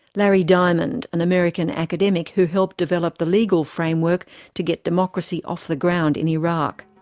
larry diamond, an american academic who helped develop the legal framework to get democracy off the ground in iraq.